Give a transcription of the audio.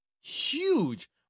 Huge